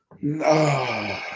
No